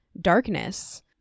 darkness